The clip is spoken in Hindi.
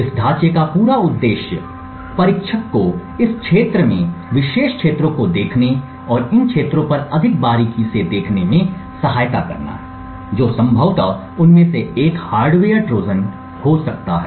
इस ढाँचे का पूरा उद्देश्य परीक्षक को इस क्षेत्र में विशेष क्षेत्रों को देखने और इन क्षेत्रों पर अधिक बारीकी से देखने में सहायता करना है जो संभवतः उनमें एक हार्डवेयर ट्रोजन हो सकता है